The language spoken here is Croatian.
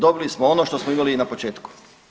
Dobili smo ono što smo imali i na početku.